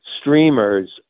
streamers